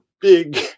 big